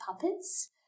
puppets